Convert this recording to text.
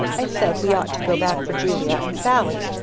i said we ought to go back for julia and sallie,